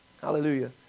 Hallelujah